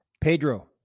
Pedro